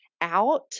out